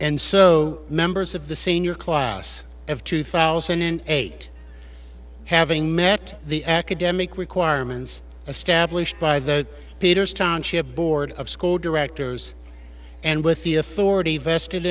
and so members of the senior class of two thousand and eight having met the academic requirements established by the peters township board of directors and with the authority vested